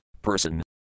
Person